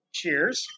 cheers